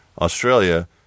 Australia